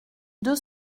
deux